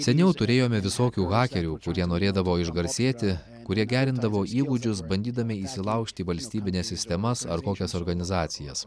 seniau turėjome visokių hakerių kurie norėdavo išgarsėti kurie gerindavo įgūdžius bandydami įsilaužti į valstybines sistemas ar kokias organizacijas